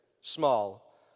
small